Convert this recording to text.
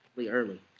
early